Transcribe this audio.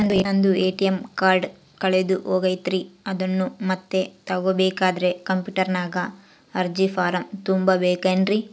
ನಂದು ATM card ಕಳೆದು ಹೋಗೈತ್ರಿ ಅದನ್ನು ಮತ್ತೆ ತಗೋಬೇಕಾದರೆ ಕಂಪ್ಯೂಟರ್ ನಾಗ ಅರ್ಜಿ ಫಾರಂ ತುಂಬಬೇಕನ್ರಿ?